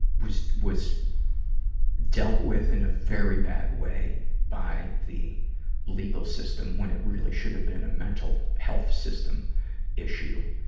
was, was dealt with in a very bad way by the legal system when it really should have been a mental health system issue.